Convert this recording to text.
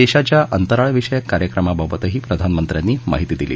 देशाच्या अंतराळ विषयक कार्यक्रमाबाबतही प्रधानमंत्र्यानी महिती दिली